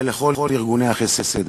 ולכל ארגוני החסד.